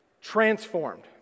transformed